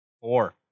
Four